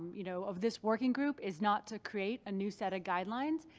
you know, of this working group is not to create a new set of guidelines,